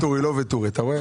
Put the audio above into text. ואטורי.